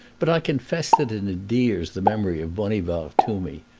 but i confess that it endears the memory of bonivard to me.